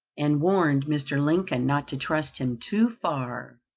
and warned mr. lincoln not to trust him too far.